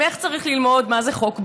ממך צריך ללמוד מה זה חוק בזק,